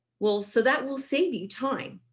will so that will save you time.